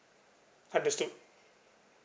understood